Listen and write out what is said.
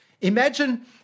Imagine